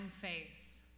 face